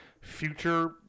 future